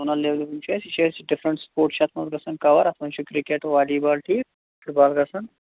زوٗںَل لیٚولہِ ہُنٛد چھُ اَسہِ یہِ چھُ اَسہِ ڈِفرَنٛٹ سٕپوٹٕس چھِ اَتھ مَنٛز گَژھان کَوَر اَتھ منٛز چھِ کِرکَٹ والی بال ٹھیٖک فُٹ بال گَژھان